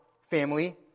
family